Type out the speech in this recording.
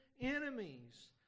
enemies